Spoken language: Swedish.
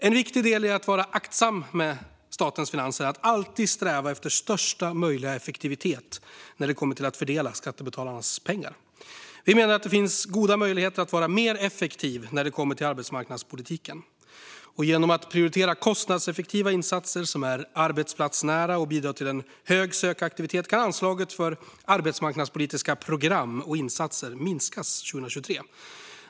En viktig del i att vara aktsam med statens finanser är att alltid sträva efter största möjliga effektivitet när det kommer till att fördela skattebetalarnas pengar. Vi menar att det finns goda möjligheter att vara mer effektiv när det kommer till arbetsmarknadspolitiken. Genom att prioritera kostnadseffektiva insatser som är arbetsplatsnära och bidrar till en hög sökaktivitet kan anslaget för arbetsmarknadspolitiska program och insatser minskas 2023.